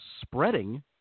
spreading